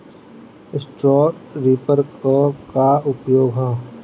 Straw reaper क का उपयोग ह?